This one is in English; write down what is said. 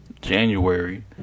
January